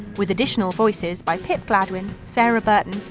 with additional voices by pip gladwin, sarah burton,